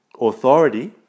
authority